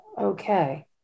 Okay